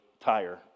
tire